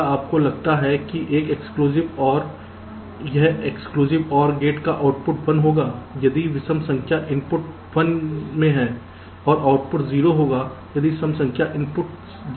क्या आपको लगता है कि एक एक्सक्लूसिव OR एक एक्सक्लूसिव OR गेट का आउटपुट 1 होगा यदि विषम संख्या इनपुट्स 1 में हैं और आउटपुट 0 होगा यदि सम संख्या इनपुट्स 0 हो